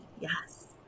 Yes